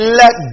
let